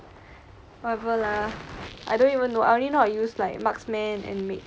I don't even know I only know how to use marksman and mage